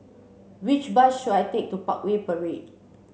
which bus should I take to Parkway Parade